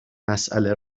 مساله